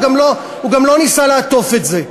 הוא גם לא ניסה לעטוף את זה.